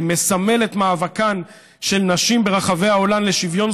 שמסמל את מאבקן של נשים ברחבי העולם לשוויון